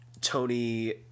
Tony